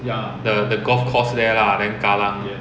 the the golf course there lah then kallang